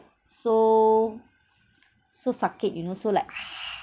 so so sakit you know so like